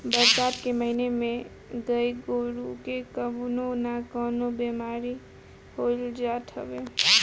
बरसात के महिना में गाई गोरु के कवनो ना कवनो बेमारी होइए जात हवे